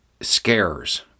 scares